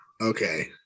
Okay